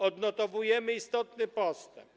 Odnotowujemy istotny postęp.